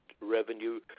revenue